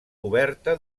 coberta